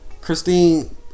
Christine